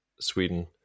Sweden